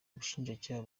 ubushinjacyaha